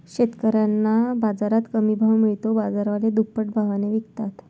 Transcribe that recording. शेतकऱ्यांना बाजारात कमी भाव मिळतो, बाजारवाले दुप्पट भावाने विकतात